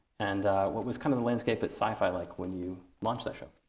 and what was kind of the landscape at sy-fy like when you launched that show?